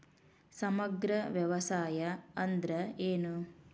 ಸಮಗ್ರ ವ್ಯವಸಾಯ ಅಂದ್ರ ಏನು?